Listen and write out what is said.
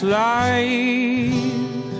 life